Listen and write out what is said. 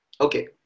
Okay